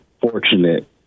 fortunate